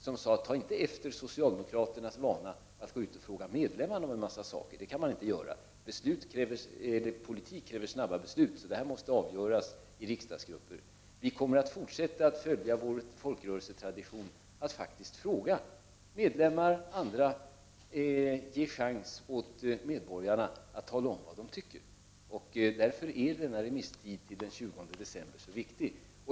Man sade: Ta inte efter socialdemokraternas vana att fråga medlemmarna om en massa saker. Politik kräver snabba beslut, så detta måste avgöras i riksdagsgrupper. Vi kommer att fortsätta att följa vår folkrörelsetradition och faktiskt fråga medlemmar och andra, dvs. ge en chans åt medborgarna att tala om vad de tycker. Därför är det viktigt att vi har denna remisstid till den 20 december.